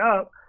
up